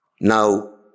Now